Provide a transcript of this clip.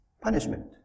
punishment